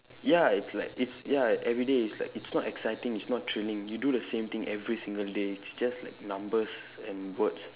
ya it's like it's ya everyday is like it's not exciting it's not thrilling you do the same thing every single day it's just like numbers and words